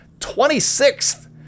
26th